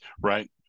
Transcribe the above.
right